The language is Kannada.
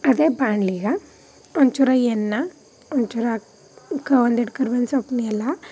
ಅದೇ ಬಾಣಲೆಗೆ ಒಂಚೂರು ಎನ್ನ ಒಂಚೂರು ಒಂದೀಟು ಕರ್ಬೇವಿನ ಸೊಪ್ಪನ್ನೆಲ್ಲ